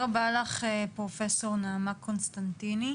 תודה רבה לך פרופסור נעמה קונסטנטיני.